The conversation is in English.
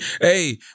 Hey